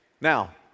Now